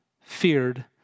feared